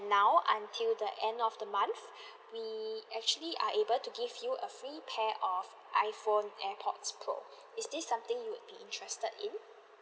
now until the end of the month we actually are able to give you a free pair of iphone airpods pro is this something you would be interested in